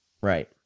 Right